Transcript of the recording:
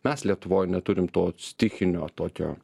mes lietuvoj neturim to stichinio tokio